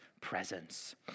presence